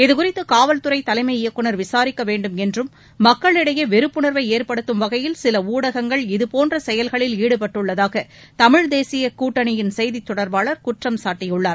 இதுகுறித்து காவல்துறை தலைமை இயக்குநர் விசாரிக்க வேண்டுமென்றும் மக்களிடையே வெறுப்புணர்வை ஏற்படுத்தும் வகையில் சில ஊடகங்கள் இதபோன்ற செயல்களில் ஈடுபட்டுள்ளதாக தமிழ் தேசிய கூட்டணியின் செய்தித் தொடர்பாளர் குற்றம் சாட்டியுள்ளார்